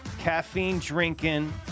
caffeine-drinking